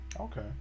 Okay